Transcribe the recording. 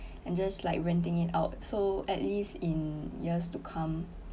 and just like renting it out so at least in years to come